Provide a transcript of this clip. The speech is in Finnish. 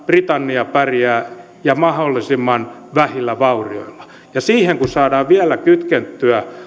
britannia pärjää ja mahdollisimman vähillä vaurioilla ja siihen kun saadaan vielä kytkettyä